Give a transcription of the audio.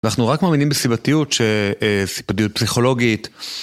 ואנחנו רק מאמינים בסיבתיות, ש... סיבתיות פסיכולוגית.